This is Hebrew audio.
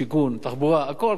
שיכון, תחבורה, הכול.